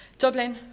Dublin